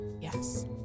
Yes